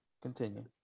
Continue